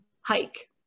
hike